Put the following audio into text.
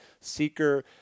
seeker